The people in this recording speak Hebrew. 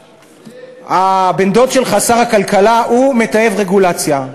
הבן-דוד שלך, שר הכלכלה, מתעב רגולציה.